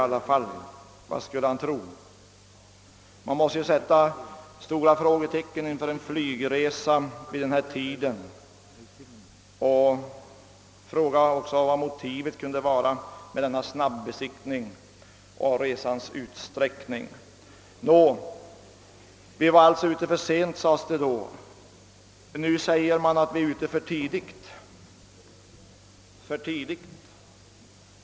Ja, vad skulle han tro? Man måste sätta stora frågetecken inför anledningen till en flygresa vid denna tid. Vad kunde motivet vara för den gjorda snabbesiktningen, och varför fick resan denna sträckning? Den gången sades det att vi var ute för sent. Nu sägs det att vi är ute för tidigt.